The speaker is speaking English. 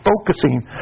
focusing